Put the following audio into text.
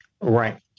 Right